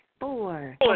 four